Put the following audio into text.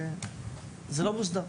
וזה לא מוסדר.